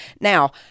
Now